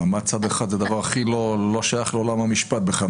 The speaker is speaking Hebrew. מעמד צד אחד זה דבר הכי לא שייך לעולם המשפט בכלל.